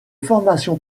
formation